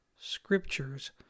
scriptures